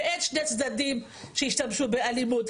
ואין שני צדדים שישתמשו באלימות,